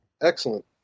Excellent